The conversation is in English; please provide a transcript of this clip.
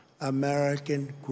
American